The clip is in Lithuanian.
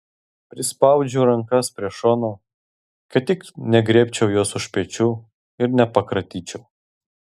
prispaudžiu rankas prie šonų kad tik negriebčiau jos už pečių ir nepakratyčiau